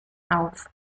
auf